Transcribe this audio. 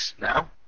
Now